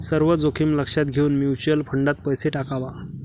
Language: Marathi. सर्व जोखीम लक्षात घेऊन म्युच्युअल फंडात पैसा टाकावा